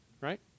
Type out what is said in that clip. right